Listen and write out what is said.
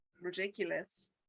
ridiculous